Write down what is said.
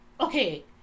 okay